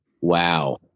Wow